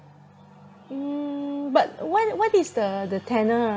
mm but what what is the the tenure ah